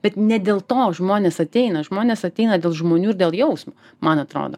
bet ne dėl to žmonės ateina žmonės ateina dėl žmonių ir dėl jausmo man atrodo